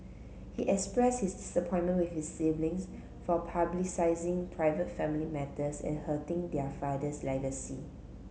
he expressed his disappointment with his siblings for publicising private family matters and hurting their father's legacy